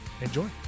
enjoy